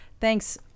thanks